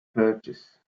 purchase